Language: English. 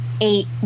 eight